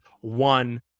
one